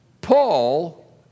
Paul